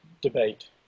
Debate